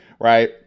right